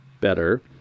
better